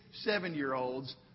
seven-year-olds